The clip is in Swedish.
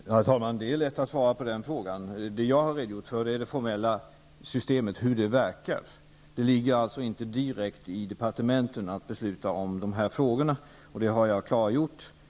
Herr talman! Det är lätt att svara på den frågan. Jag har redogjort för det formella systemet och för hur det verkar. Det ankommer alltså inte direkt på departementen att besluta om de här frågorna. Det har jag klargjort.